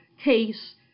case